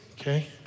Okay